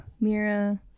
Mira